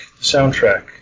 soundtrack